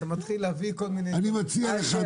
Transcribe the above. אני מציע לך,